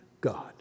God